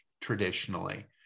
traditionally